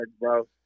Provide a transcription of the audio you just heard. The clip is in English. bro